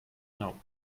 now